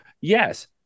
yes